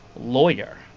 lawyer